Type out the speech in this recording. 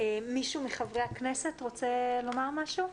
מישהו מחברי הכנסת רוצה לומר משהו?